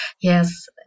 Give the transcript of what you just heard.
yes